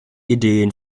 ideen